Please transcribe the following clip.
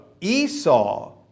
Esau